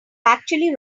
actually